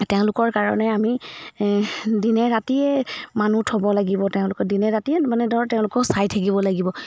তেওঁলোকৰ কাৰণে আমি দিনে ৰাতিয়ে মানুহ থ'ব লাগিব তেওঁলোকৰ দিনে ৰাতিয়ে মানে ধৰ তেওঁলোকক চাই থাকিব লাগিব